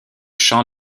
chants